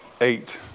eight